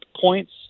points